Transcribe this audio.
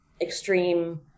extreme